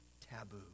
taboo